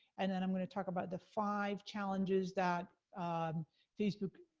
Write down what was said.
and then i'm gonna talk about the five challenges that facebook,